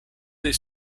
des